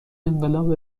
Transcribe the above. انقلاب